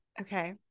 Okay